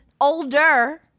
older